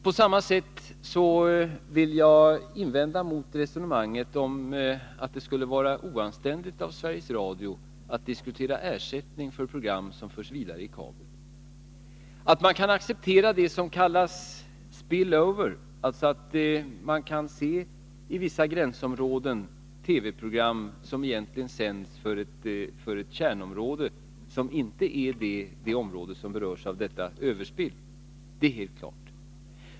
På samma sätt vill jag invända mot resonemanget att det skulle vara oanständigt av Sveriges Radio att diskutera ersättning för program som förs vidare i kabel. Att man kan acceptera det som kallas ”spill over”, dvs. att man i vissa gränsområden kan se TV-program som egentligen sänds för ett kärnområde som inte är det som berörs av detta ”överspill”, är helt klart.